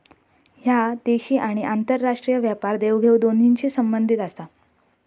ह्या देशी आणि आंतरराष्ट्रीय व्यापार देवघेव दोन्हींशी संबंधित आसा